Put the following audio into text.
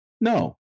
No